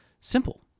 Simple